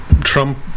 Trump